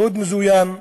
שוד מזוין,